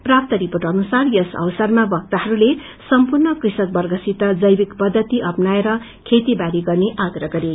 प्राप्त रिर्पोट अनुसार यस अवसरामा वक्ताहरूले सम्पूर्ण कृषकहवर्गसित जैविक पद्धति अपनाएर खेती बारी गर्ने आग्रह गरे